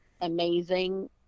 amazing